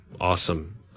awesome